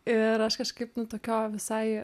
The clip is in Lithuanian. ir aš kažkaip nu tokioj visai